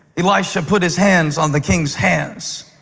elisha put his hands on the king's hands.